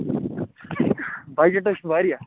budget حظ چھِ واریاہ